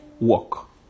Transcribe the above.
work